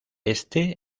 este